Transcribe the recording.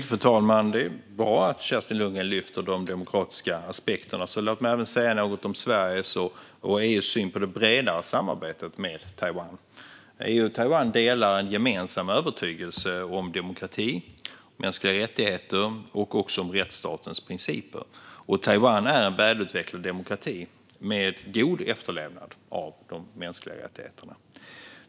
Fru talman! Det är bra att Kerstin Lundgren lyfter fram de demokratiska aspekterna. Så låt mig även säga något om Sveriges och EU:s syn på det bredare samarbetet med Taiwan. EU och Taiwan delar en gemensam övertygelse när det gäller demokrati, mänskliga rättigheter och rättsstatens principer. Taiwan är en välutvecklad demokrati med god efterlevnad av de mänskliga rättigheterna.